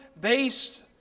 based